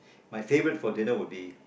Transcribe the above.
my favourite for dinner will be